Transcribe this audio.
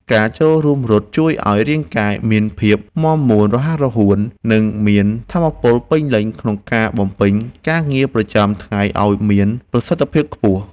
ការចូលរួមរត់ជួយឱ្យរាងកាយមានភាពមាំមួន រហ័សរហួន និងមានថាមពលពេញលេញក្នុងការបំពេញការងារប្រចាំថ្ងៃឱ្យមានប្រសិទ្ធភាពខ្ពស់។